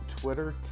Twitter